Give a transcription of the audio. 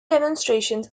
demonstrations